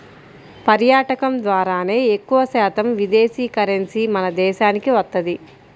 పర్యాటకం ద్వారానే ఎక్కువశాతం విదేశీ కరెన్సీ మన దేశానికి వత్తది